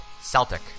CELTIC